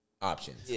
Options